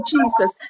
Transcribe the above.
Jesus